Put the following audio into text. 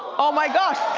oh my gosh,